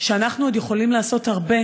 שאנחנו עוד יכולים לעשות הרבה